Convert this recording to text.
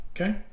Okay